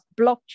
blockchain